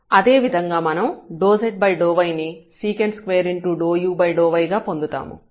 అదే విధంగా మనం ∂z∂y ని see2u∂u∂y గా పొందుతాము